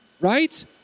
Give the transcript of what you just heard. Right